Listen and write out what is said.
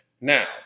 Now